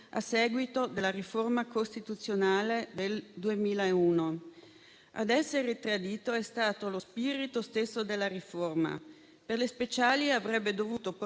a seguito della riforma costituzionale del 2001. Ad essere tradito è stato lo spirito stesso della riforma. Per le autonomie speciali avrebbe dovuto portare